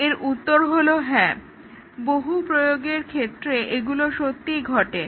এর উত্তর হলো হ্যাঁ বহু প্রয়োগের ক্ষেত্রে এগুলো সত্যিই ঘটে